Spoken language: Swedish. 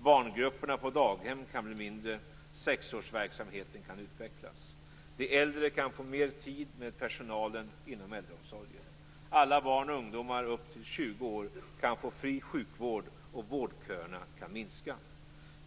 Barngrupperna på daghem kan bli mindre. Sexårsverksamheten kan utvecklas. De äldre kan få mer tid med personalen inom äldreomsorgen. Alla barn och ungdomar upp till 20 år kan få fri sjukvård och vårdköerna kan minska.